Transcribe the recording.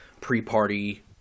pre-party